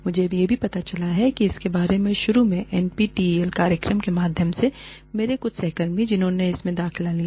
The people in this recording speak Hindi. मुझे यह भी पता चला इसके बारे में शुरू में एनपीटीईएल कार्यक्रम के माध्यम से मेरे कुछ सहकर्मी जिन्होंने इसमें दाखिला लिया